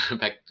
back